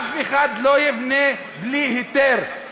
אף אחד לא יבנה בלי היתר.